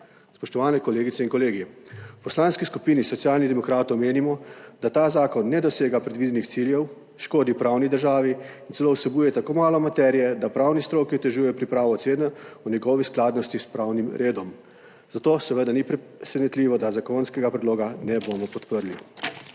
Spoštovani kolegice in kolegi, v Poslanski skupini Socialnih demokratov menimo, da ta zakon ne dosega predvidenih ciljev, škodi pravni državi in celo vsebuje tako malo materije, da pravni stroki otežuje pripravo ocene o njegovi skladnosti s pravnim redom, zato seveda ni presenetljivo, da zakonskega predloga ne bomo podprli.